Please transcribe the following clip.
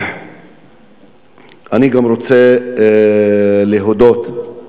אני גם רוצה להודות,